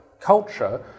culture